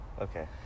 Okay